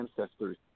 ancestors